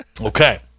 Okay